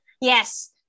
Yes